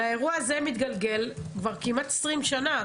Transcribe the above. האירוע הזה מתגלגל כבר כמעט 20 שנה.